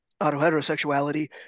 auto-heterosexuality